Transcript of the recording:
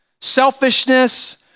Selfishness